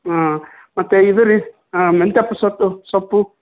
ಹಾಂ ಮತ್ತು ಇದು ರೀ ಮೆಂತೆ ಸೊತ್ತು ಸೊಪ್ಪು